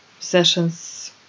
Sessions